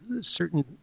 certain